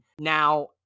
Now